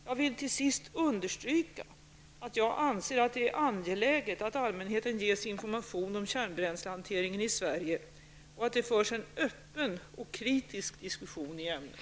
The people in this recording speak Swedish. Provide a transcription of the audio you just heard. Får jag slutligen understryka att jag tycker att det är angeläget att allmänheten ges information om kärnbränslehanteringen i Sverige och att det förs en öppen och kritisk diskussion i ämnet.